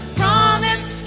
promise